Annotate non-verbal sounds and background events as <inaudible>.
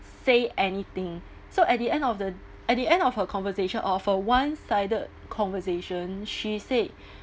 say anything so at the end of the at the end of her conversation of a one sided conversation she said <breath>